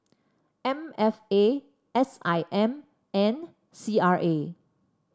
M F A S I M and C R A